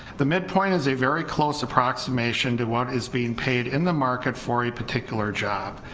the midpoint is a very close approximation to what is being paid in the market for a particular job.